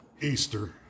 Easter